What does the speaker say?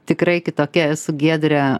tikrai kitokia esu giedrė